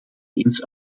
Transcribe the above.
eens